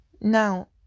now